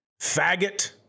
faggot